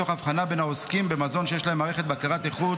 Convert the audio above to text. תוך אבחנה בין העוסקים במזון שיש להם מערכת בקרת איכות